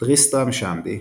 "טריסטרם שנדי".